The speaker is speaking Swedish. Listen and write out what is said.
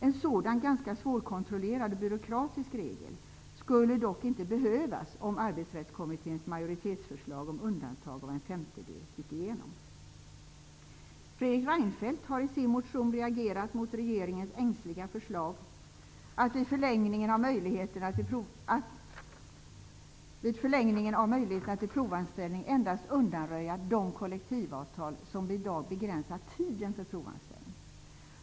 En sådan regel, ganska svårkontrollerad och byråkratisk, skulle dock inte behövas om Fredrik Reinfeldt har i sin motion reagerat mot regeringens ängsliga förslag att vid förlängningen av möjligheterna till provanställning endast undanröja de kollektivavtal som i dag begränsar tiden för provanställning.